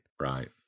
Right